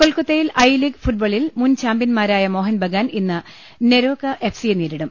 കൊൽക്കത്തയിൽ I league ഫുട്ബോളിൽ മുൻചാ മ്പ്യൻമാരായ മോഹൻബഗാൻ ഇന്ന് നെരോക എഫ് സി യെ നേരിടും